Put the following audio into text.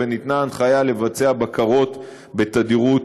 וניתנה הנחיה לבצע בקרות בתדירות